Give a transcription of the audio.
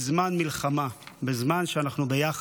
בזמן מלחמה, בזמן שאנחנו ביחד.